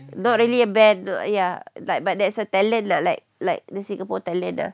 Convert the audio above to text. not really a band not ya like but there is a talent lah like like the singapore talent ah